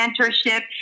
mentorship